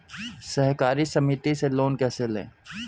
सहकारी समिति से लोन कैसे लें?